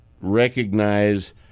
recognize